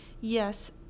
yes